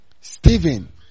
Stephen